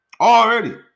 Already